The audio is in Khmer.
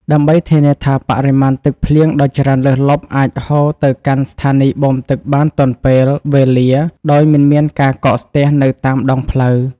ដើម្បីធានាថាបរិមាណទឹកភ្លៀងដ៏ច្រើនលើសលប់អាចហូរទៅកាន់ស្ថានីយបូមទឹកបានទាន់ពេលវេលា ដោយមិនមានការកកស្ទះនៅតាមដងផ្លូវ។